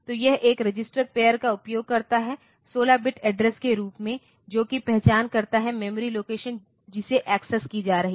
तो यह एक रजिस्टर पेअर का उपयोग करता है 16 बिट एड्रेस के रूप में जो कि पहचान करता है मेमोरी लोकेशन जिसे एक्सेस की जा रही है